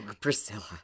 Priscilla